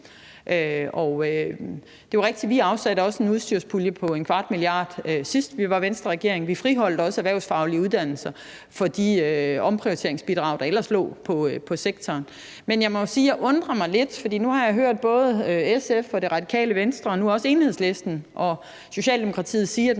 Det er jo rigtigt, at vi også afsatte en udstyrspulje på 0,25 mia. kr., sidst der var en Venstreregering, og vi friholdt også de erhvervsfaglige uddannelser fra de omprioriteringsbidrag, der ellers var pålagt sektoren. Men jeg må sige, at jeg undrer mig lidt, for nu har jeg hørt både SF og Radikale Venstre og nu også Enhedslisten og Socialdemokratiet sige,